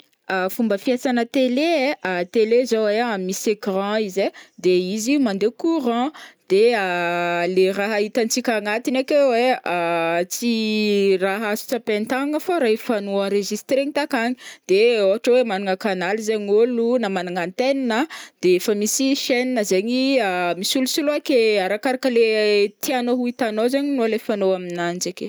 Fomba fiasana tele e, tele zao e misy ecran izy e, de izy mande courant de le raha hitantsika agnatiny akeo ai tsy raha azo tsapain-tagnagna fa raha efa noenregistrena takany, de ôhatra hoe managna canal zegny ôlo na managna antenne a de efa misy chaîne zegny misolosolo ake arakaraka le tianao ho itanao zegny no alefanao aminanjy ake.